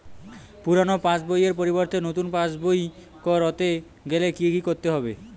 পুরানো পাশবইয়ের পরিবর্তে নতুন পাশবই ক রতে গেলে কি কি করতে হবে?